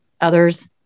others